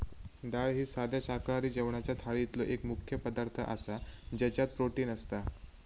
डाळ ही साध्या शाकाहारी जेवणाच्या थाळीतलो एक मुख्य पदार्थ आसा ज्याच्यात प्रोटीन असता